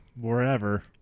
wherever